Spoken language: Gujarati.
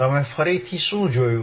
તમે ફરીથી શું જોયું